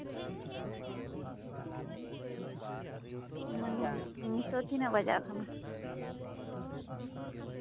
ᱢᱟᱱᱮ ᱱᱤᱛᱚᱜ ᱛᱤᱱᱟᱹᱜ ᱵᱟᱡᱟᱜ ᱠᱟᱱᱟ